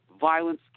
violence